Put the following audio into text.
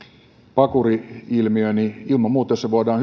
pakuri ilmiö pitää ilman muuta hyödyntää jos se voidaan